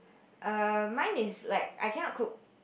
err mine is like I cannot cook